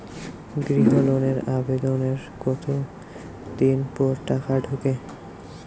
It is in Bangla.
গৃহ লোনের আবেদনের কতদিন পর টাকা ঢোকে?